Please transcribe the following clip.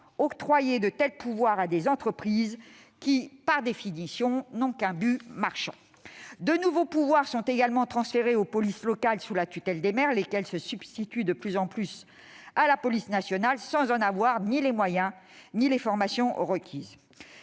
octroyer de tels pouvoirs à des entreprises qui, par définition, n'ont qu'un but marchand ? De nouveaux pouvoirs sont également transférés aux polices locales, sous la tutelle des maires, lesquelles se substituent de plus en plus à la police nationale sans en avoir ni les moyens ni les formations requises.